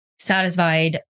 Satisfied